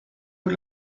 por